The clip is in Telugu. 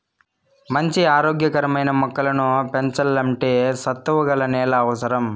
మంచి ఆరోగ్య కరమైన మొక్కలను పెంచల్లంటే సత్తువ గల నేల అవసరం